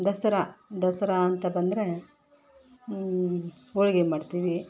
ದಸರಾ ದಸರಾ ಅಂತ ಬಂದರೆ ಹೋಳ್ಗೆ ಮಾಡ್ತೀವಿ